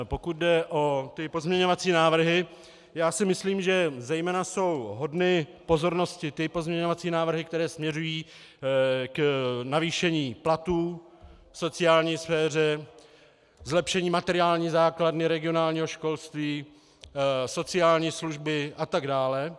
Pokud jde o pozměňovací návrhy, myslím, že zejména jsou hodny pozornosti ty pozměňovací návrhy, které směřují k navýšení platů v sociální sféře, zlepšení materiální základny regionálního školství, sociální služby atd.